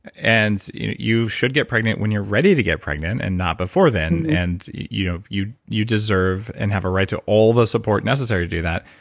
and you you should get pregnant when you're ready to get pregnant and not before then. and you know you you deserve and have a right to all the support necessary to do that,